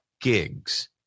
gigs